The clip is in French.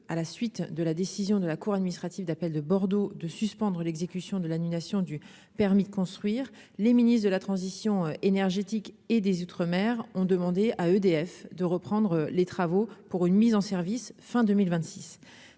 à la suite de la décision de la cour administrative d'appel de Bordeaux, de suspendre l'exécution de l'annulation du permis de construire, le ministre de la transition énergétique et des mer ont demandé à EDF de reprendre les travaux pour une mise en service fin 2026,